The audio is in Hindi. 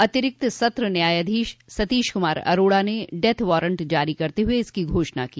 अतिरिक्त सत्र न्यायधीश सतीश कुमार अरोड़ा ने डेथ वारंट जारो करते हुए इसकी घोषणा की